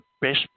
best